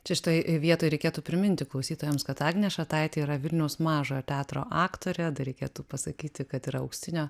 čia šitoj vietoj reikėtų priminti klausytojams kad agnė šataitė yra vilniaus mažojo teatro aktorė dar reikėtų pasakyti kad yra auksinio